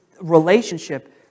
relationship